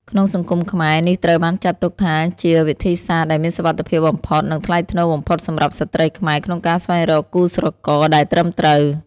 ក្នុងសង្គមខ្មែរ នេះត្រូវបានចាត់ទុកថាជាវិធីសាស្រ្តដែលមានសុវត្ថិភាពបំផុត និងថ្លៃថ្នូរបំផុតសម្រាប់ស្ត្រីខ្មែរក្នុងការស្វែងរកគូស្រករដែលត្រឹមត្រូវ។